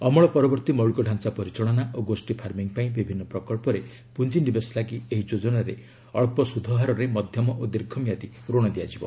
ଅମଳ ପରବର୍ତ୍ତୀ ମୌଳିକ ଢାଞ୍ଚା ପରିଚାଳନା ଓ ଗୋଷୀ ଫାର୍ମିଂ ପାଇଁ ବିଭିନ୍ନ ପ୍ରକଳ୍ପରେ ପୁଞ୍ଜିନିବେଶ ଲାଗି ଏହି ଯେଜାନାରେ ଅଳ୍ପ ସୁଧହାରରେ ମଧ୍ୟମ ଓ ଦୀର୍ଘ ମିଆଦି ରଣ ଦିଆଯିବ